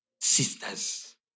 sisters